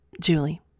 Julie